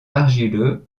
argileux